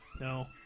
No